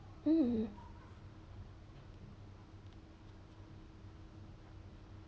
mm